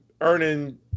earning